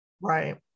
Right